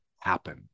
happen